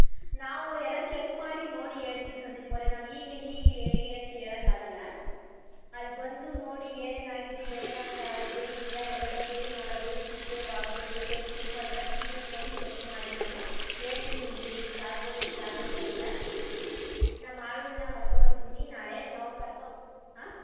ನಾವು ಎಲ್ಲ ಚಕ್ ಮಾಡಿ ನೋಡಿ ಹೇಳ್ತೀವ್ ಸಂದೀಪ್ ಅವರೇ ನಾವು ಈಗಲೇ ಹೀಗೆ ಹೇಗೆ ಅಂತ ಹೇಳಕ್ಕಾಗಲ್ಲ ಅಲ್ಲಿ ಬಂದು ನೋಡಿ ಏನೇನಾಗಿದೆ ಏನಾರಾ ರಿಪೇರಿ ಇದೆಯಾ ಎಲ್ಲ ರಿಪೇರಿ ಮಾಡೋದು ಕಿಟ್ಕಿ ಬಾಗಿಲುಗಳು ಪೇಂಟಿಂಗು ಅದೆಲ್ಲ ಕ್ಲೀನಾಗಿ ನೋಡಿ ಚೆಕ್ ಮಾಡಿ ನಾವು ಹೇಳ್ತೀವಿ ನಿಮಗೆ ಇಷ್ಟು ಆಗ್ಬೋದು ಇಷ್ಟು ಆಗುತ್ತೆ ಅಂತ ನಮ್ಮ ಆಳುಗಳ್ನ ಕರ್ಕೋ ಬರ್ತೀನಿ ನಾಳೆ ನಾನು ಅವ್ರು ಕರ್ಕೋ ಆಂ